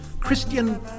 Christian